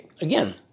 again